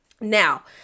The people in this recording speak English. now